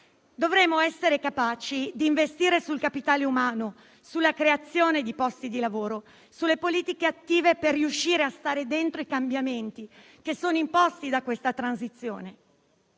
Dovremo essere capaci di investire sul capitale umano, sulla creazione di posti di lavoro e sulle politiche attive per riuscire a stare dentro i cambiamenti, che sono imposti da questa transizione.